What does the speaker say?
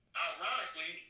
ironically